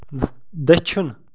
دٔچھُن